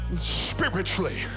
spiritually